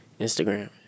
Instagram